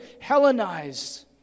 Hellenized